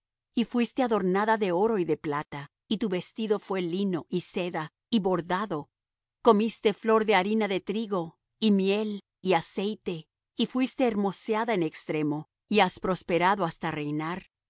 y fuiste adornada de oro y de plata y tu vestido fué lino y seda y bordado comiste flor de harina de trigo y miel y aceite y fuiste hermoseada en extremo y has prosperado hasta reinar